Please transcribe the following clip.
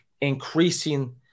increasing